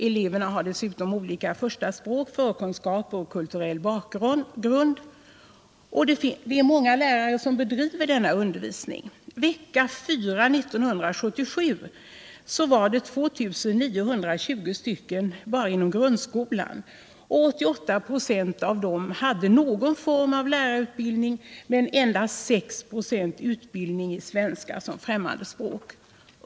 Eleverna har dessutom olika förstaspråk, förkunskaper och kulturell bakgrund. Många lärare bedriver denna undervisning. Vecka 4 år 1977 fanns det 2 920 sådana lärare. 88 96 av dessa hade någon form av lärarutbildning, men endast 6 96 hade utbildning i svenska som främmande språk.